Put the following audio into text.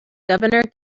governor